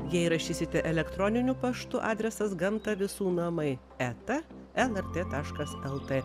jei rašysite elektroniniu paštu adresas gamta visų namai eta lrt taškas lt